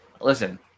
listen